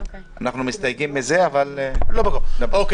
אנחנו מסתייגים מזה אבל --- סליחה,